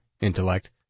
intellect